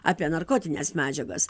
apie narkotines medžiagas